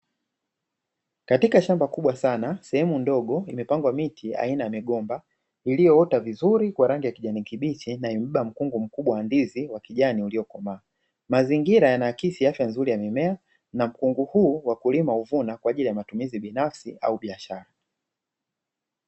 Katika shamba kubwa sana, sehemu ndogo imepangwa miti aina ya migomba iliyoota vizuri kwa rangi ya kijani kibichi, na imebeba mkungu mkubwa wa ndizi wa kijani uliokomaa. Mazingira yanaakisi afya nzuri ya mimea na mkungu huu, wakulima huvuna kwa ajili ya matumizi binafsi au biashara.